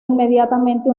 inmediatamente